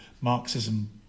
Marxism